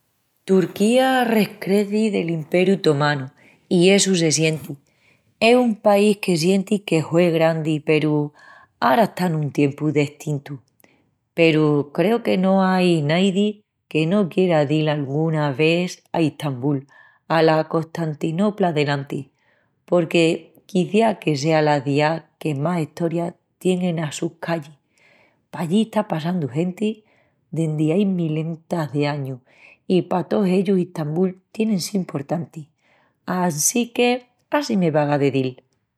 Turquía rescreci del Imperiu tomanu i essu se sienti. Es un país que sienti que hue grandi peru ara está nun tiempu destintu. Peru creu que no ai naidi que no quiera dil anguna vés a Istambul, ala Costantinopla d'enantis, porque quiciás que sea la ciá que más estoria tien enas sus callis. Pallí está passandu genti dendi ai milentas d'añus i pa tós ellus Istambul tien síu emportanti assinque á si me vaga de dil.